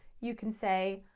you can say,